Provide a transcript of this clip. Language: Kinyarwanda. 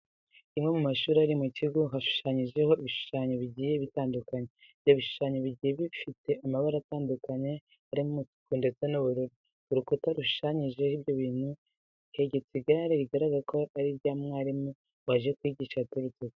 Rimwe mu mashuri ari mu kigo hashushanyijeho ibishushanyo bigiye bitandukanye. Ibyo bishushanyo bigiye bifite amabara atandukanye harimo umutuku ndetse n'ubururu. Ku rukuta rushushanyijeho ibyo bintu hegetse igare bigaragara ko ari irya mwarimu waje kwigisha aturutse kure.